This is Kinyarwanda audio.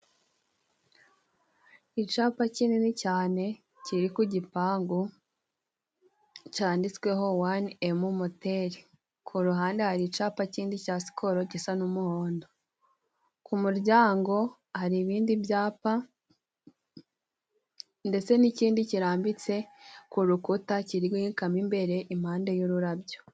Icyapa kinini cyane kiri ku gipangu cyanditsweho wani emu moteri. Ku ruhande hari icapa kindi cya sikoro gisa n'umuhondo. Ku muryango hari ibindi byapa, ndetse n'ikindi kirambitse ku rukuta kiri guhingukamo imbere impande y'ururabyo.